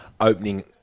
opening